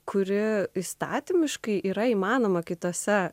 kurie įstatymiškai yra įmanoma kitose